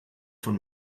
von